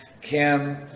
Kim